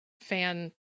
fan